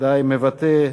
שוודאי מבטא,